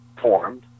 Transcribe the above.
formed